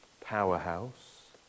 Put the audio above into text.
powerhouse